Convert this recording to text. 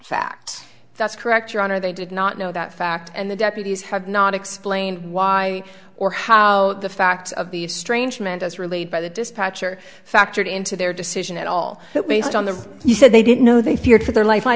fact that's correct your honor they did not know that fact and the deputies have not explained why or how the facts of the strange man does relayed by the dispatcher factored into their decision at all but based on the he said they didn't know they feared for their life i